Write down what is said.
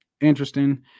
Interesting